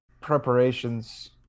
preparations